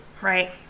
right